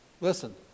Listen